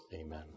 Amen